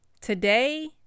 today